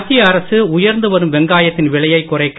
மத்திய அரசு உயர்ந்து வரும் வெங்காயத்தின் விலையை குறைக்க